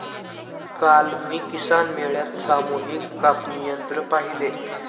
काल मी किसान मेळ्यात सामूहिक कापणी यंत्र पाहिले